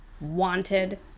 wanted